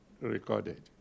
recorded